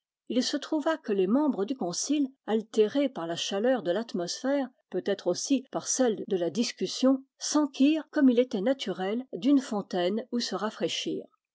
il se trouva que les membres du concile altérés par la chaleur de l'at mosphère peut-être aussi par celle de la discussion s'enquirent comme il était naturel d'une fontaine où se